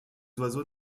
oiseaux